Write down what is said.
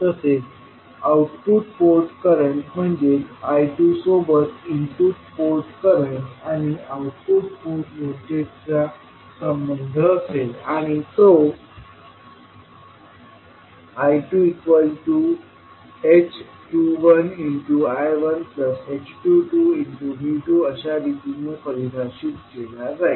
तसेच output port current म्हणजेच I2सोबत इनपुट पोर्ट करंट आणि आउटपुट पोर्ट व्होल्टेजचा एक संबंध असेल आणि तो I2h21I1h22V2 अशा रीतीने परिभाषित केला जाईल